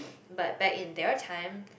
but back in their time